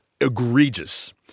egregious